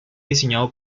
diseñado